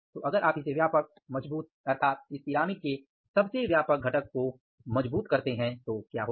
तो अगर आप इसे व्यापक मजबूत अर्थात इस पिरामिड के सबसे व्यापक घटक को मजबूत करते हैं तो क्या होगा